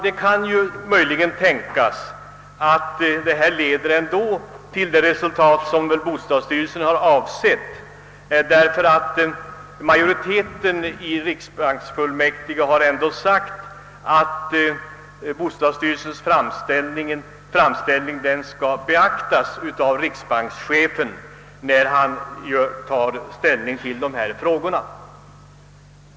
Det kan tänkas att detta leder till det resultat som bostadsstyrelsen avsett; majoriteten i riksbanksfullmäktige har uttalat att bostadsstyrelsens framställning skall beaktas av riksbankschefen, då han tar ställning till dessa frågor.